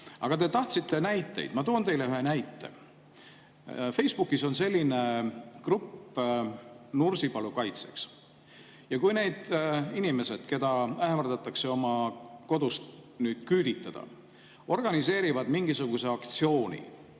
te tahtsite näiteid. Ma toon teile ühe näite. Facebookis on selline grupp "Nursipalu kaitseks". Ja kui need inimesed, keda ähvardatakse oma kodust küüditada, organiseerivad mingisuguse aktsiooni,